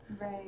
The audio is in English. Right